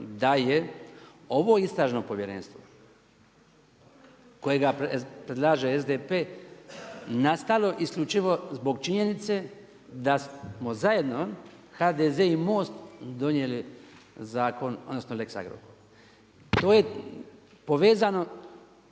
da je ovo istražno povjerenstvo, kojega predlaže SDP, nastalo isključivo zbog činjenice da smo zajedno HDZ i Most donijeli lex Agorkor. To je povezano,